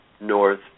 North